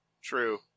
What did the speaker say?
True